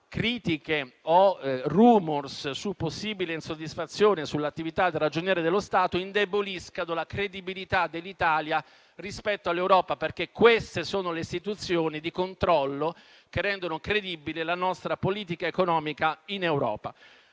critiche o *rumor* su una possibile insoddisfazione sull'attività del Ragioniere generale dello Stato indeboliscano la credibilità dell'Italia rispetto all'Europa, perché queste sono le istituzioni di controllo che rendono credibile la nostra politica economica in Europa.